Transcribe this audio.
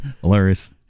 Hilarious